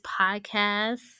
podcast